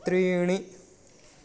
त्रीणि